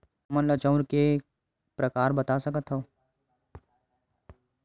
हमन ला चांउर के प्रकार बता सकत हव?